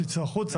תצאו החוצה,